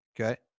okay